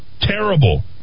Terrible